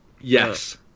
yes